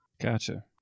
Gotcha